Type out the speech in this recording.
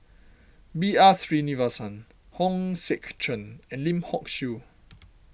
B R Sreenivasan Hong Sek Chern and Lim Hock Siew